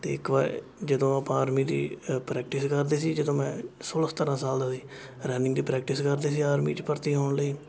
ਅਤੇ ਇੱਕ ਵਾਰ ਜਦੋਂ ਆਪਾਂ ਆਰਮੀ ਦੀ ਪ੍ਰੈਕਟਿਸ ਕਰਦੇ ਸੀ ਜਦੋਂ ਮੈਂ ਸੋਲ੍ਹਾਂ ਸਤਾਰਾਂ ਸਾਲ ਦਾ ਸੀ ਰਨਿੰਗ ਦੀ ਪ੍ਰੈਕਟਿਸ ਕਰਦੇ ਸੀ ਆਰਮੀ 'ਚ ਭਰਤੀ ਹੋਣ ਲਈ